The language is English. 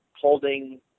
holding